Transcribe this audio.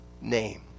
name